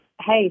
Hey